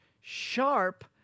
sharp